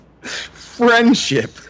Friendship